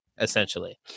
essentially